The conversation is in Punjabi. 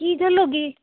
ਕੀ ਗੱਲ ਹੋ ਗਈ